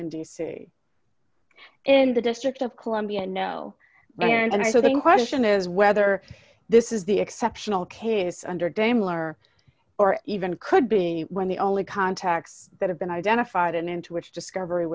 in d c in the district of columbia no and i so the question is whether this is the exceptional case under daimler or even could be when the only contacts that have been identified and into which discovery